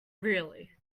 really